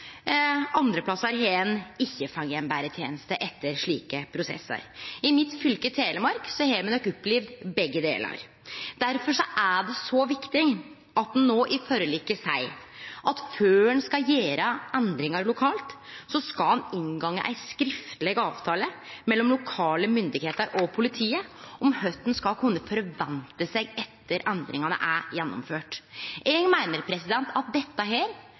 andre plassar har ein ikkje fått ei betre teneste etter slike prosessar. I mitt fylke, Telemark, har me nok opplevd begge delar. Derfor er det så viktig at ein nå i forliket seier at før ein skal gjere endringar lokalt, skal ein inngå ei skriftleg avtale mellom lokale myndigheiter og politiet om kva ein skal kunne forvente seg etter at endringane er gjennomførte. Eg meiner at dette